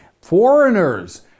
Foreigners